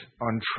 on